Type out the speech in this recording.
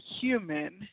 human